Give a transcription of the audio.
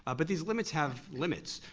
ah but these limits have limits.